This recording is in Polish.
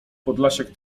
podlasiak